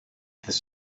this